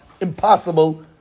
impossible